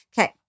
Okay